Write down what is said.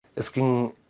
asking